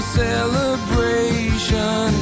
celebration